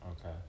Okay